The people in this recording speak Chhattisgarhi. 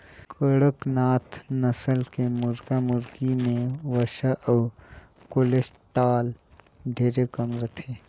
कड़कनाथ नसल के मुरगा मुरगी में वसा अउ कोलेस्टाल ढेरे कम रहथे